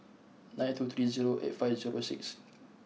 nine two three zero eight five zero six